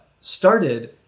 started